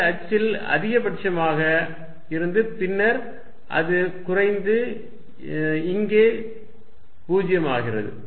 இந்த அச்சில் அதிகபட்சமாக இருந்து பின்னர் அது குறைந்து இங்கே 0 ஆகிறது